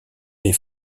des